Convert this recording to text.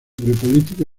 política